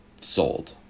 sold